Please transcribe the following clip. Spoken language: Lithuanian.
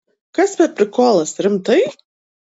kas per prikolas rimtai